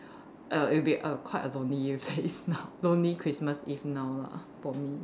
err it'll be quite a lonely phase now lonely Christmas Eve now lah for me